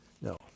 No